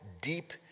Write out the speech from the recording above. deep